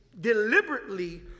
deliberately